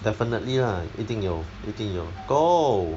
definitely lah 一定有一定有够